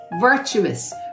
virtuous